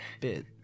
bit